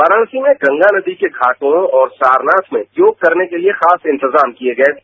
वाराणसी में गंगा नदी के घाटों और सारनाथ में योग करने के लिए खास इंतजाम किये गये